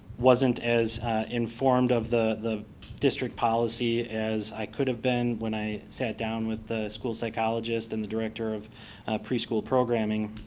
wasn't as informed of the the district policy as i could've been when i sat down with the school psychologist and the director of preschool programming.